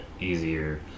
easier